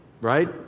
Right